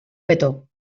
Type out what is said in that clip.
petó